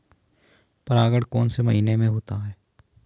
परागण कौन से महीने में होता है?